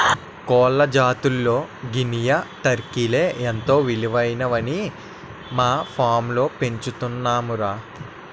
కోళ్ల జాతుల్లో గినియా, టర్కీలే ఎంతో విలువైనవని మా ఫాంలో పెంచుతున్నాంరా